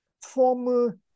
former